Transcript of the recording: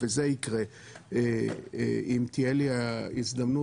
אדוני היושב-ראש,